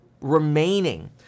remaining